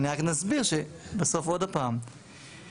רק נסביר שבסוף, עוד פעם,